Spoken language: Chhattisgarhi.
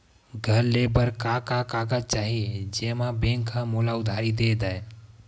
घर ले बर का का कागज चाही जेम मा बैंक हा मोला उधारी दे दय?